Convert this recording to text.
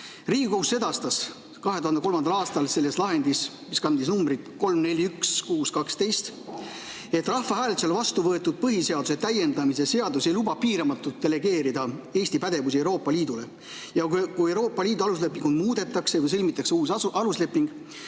Riigikohus sedastas 2003. aastal selles lahendis, mis kandis numbrit 3‑4‑1‑6‑12, et rahvahääletusel vastu võetud põhiseaduse täiendamise seadus ei luba piiramatult delegeerida Eesti pädevusi Euroopa Liidule. Ja kui Euroopa Liidu aluslepingut muudetakse või sõlmitakse uus alusleping,